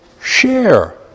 share